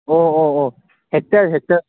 ꯑꯣ ꯑꯣ ꯑꯣ ꯍꯦꯛꯇꯔ ꯍꯦꯛꯇꯔ